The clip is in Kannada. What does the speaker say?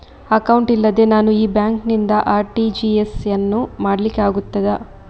ಅಕೌಂಟ್ ಇಲ್ಲದೆ ನಾನು ಈ ಬ್ಯಾಂಕ್ ನಿಂದ ಆರ್.ಟಿ.ಜಿ.ಎಸ್ ಯನ್ನು ಮಾಡ್ಲಿಕೆ ಆಗುತ್ತದ?